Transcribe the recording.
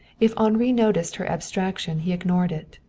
if henri noticed her abstraction he ignored it.